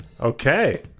Okay